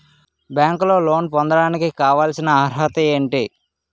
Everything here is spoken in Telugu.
బ్యాంకులో లోన్ పొందడానికి కావాల్సిన అర్హత ఏంటి?